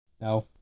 No